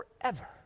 forever